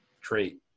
trait